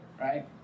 right